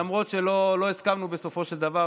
למרות שלא הסכמנו בסופו של דבר,